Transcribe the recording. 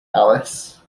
alice